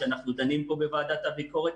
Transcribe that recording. שאנחנו דנים בו בוועדת הביקורת,